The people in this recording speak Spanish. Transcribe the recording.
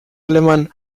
alemán